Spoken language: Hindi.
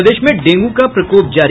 प्रदेश में डेंगू का प्रकोप जारी